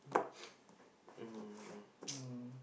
um um